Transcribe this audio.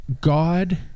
god